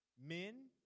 men